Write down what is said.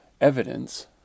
evidence